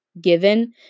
given